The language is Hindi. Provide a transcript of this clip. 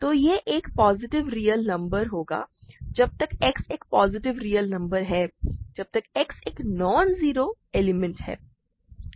तो यह एक पॉजिटिव रियल नंबर होगा जब तक x एक पॉजिटिव रियल नंबर है जब तक x एक नॉन जीरो एलिमेंट है